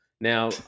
Now